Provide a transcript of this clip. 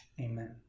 Amen